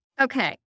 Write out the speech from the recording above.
Okay